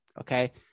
Okay